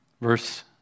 Verse